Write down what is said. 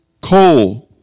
coal